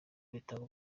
bitanga